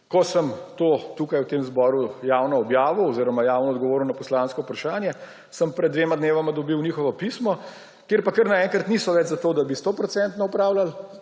Ko sem to tukaj v tem zboru javno objavil oziroma javno odgovoril na poslansko vprašanje, sem pred dvema dnevoma dobil njihovo pismo, kjer pa kar naenkrat niso več za to, da bi 100-odstotno opravljali